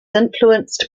influenced